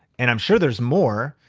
and i'm sure there's more,